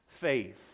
faith